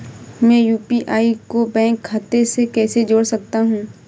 मैं यू.पी.आई को बैंक खाते से कैसे जोड़ सकता हूँ?